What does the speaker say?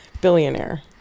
billionaire